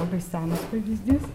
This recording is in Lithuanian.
labai senas pavyzdys